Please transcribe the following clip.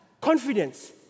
confidence